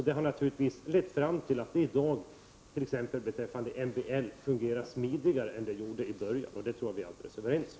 Det har lett fram till att t.ex. MBL fungerar smidigare i dag än i början; det tror jag att vi är alldeles överens om.